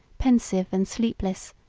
pensive and sleepless,